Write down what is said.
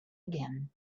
again